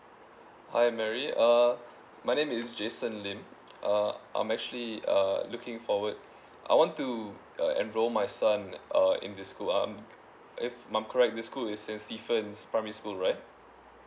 hi Mary uh my name is Jason lim uh I'm actually uh looking forward I want to uh enrol my son uh in the school um if I'm correct the school is saint stephen's primary school right